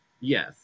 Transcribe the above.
Yes